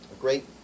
great